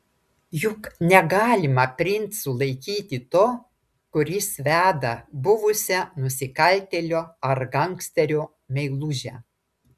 juk negalima princu laikyti to kuris veda buvusią nusikaltėlio ar gangsterio meilužę